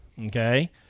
okay